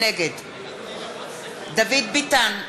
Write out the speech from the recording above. נגד דוד ביטן,